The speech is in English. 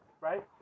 right